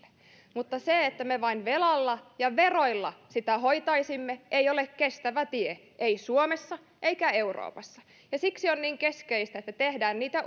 se että me vain velalla ja veroilla sitä hoitaisimme ei ole kestävä tie ei suomessa eikä euroopassa ja siksi on niin keskeistä että tehdään niitä